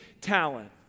talent